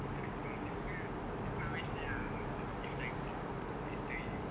I don't know ah people here people always say ah macam if sign on oh later you